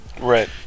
Right